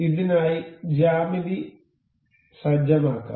ഇതിനായി ജ്യാമിതി സജ്ജമാക്കാം